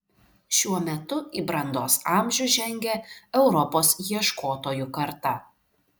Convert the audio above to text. šiuo metu į brandos amžių žengia europos ieškotojų karta